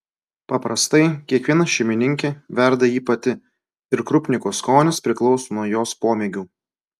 paprastai kiekviena šeimininkė verda jį pati ir krupniko skonis priklauso nuo jos pomėgių